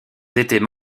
étaient